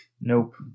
Nope